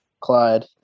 Clyde